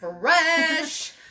fresh